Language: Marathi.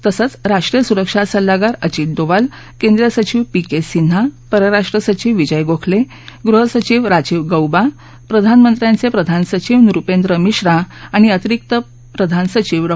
तसंच राष्ट्रीय सुरक्षा सल्लागार अजित डोवाल केंद्रीय सचिव पी के सिन्हा परराष्ट्र सचिव विजय गोखले गृहसचिव राजीव गौबा प्रधानमंत्र्यांचे प्रधान सचिव नृपेंद्र मिश्रा आणि अतिरिक्त प्रधान सचिव डॉ